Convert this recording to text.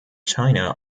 china